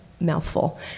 mouthful